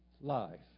life